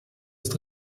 ist